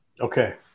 Okay